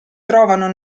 trovano